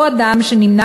שרת הבריאות.